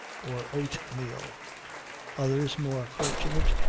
or oat-meal others, more fortunate,